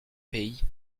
pays